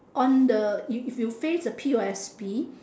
on the if if you face the P_O_S_B